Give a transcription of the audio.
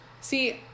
See